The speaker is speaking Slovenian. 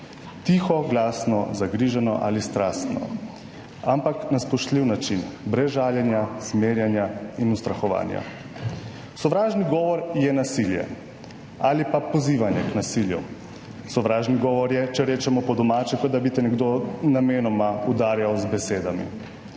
tiho, glasno, zagrizeno ali strastno, ampak na spoštljiv način, brez žaljenja, zmerjanja in ustrahovanja; sovražni govor je nasilje ali pa pozivanje k nasilju, sovražni govor je, če rečemo po domače, kot da bi te nekdo namenoma udarjal z besedami.